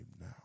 now